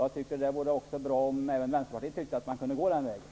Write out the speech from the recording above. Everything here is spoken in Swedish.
Jag tycker att det skulle vara bra om även Vänsterpartiet kunde gå den vägen.